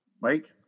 Mike